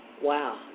Wow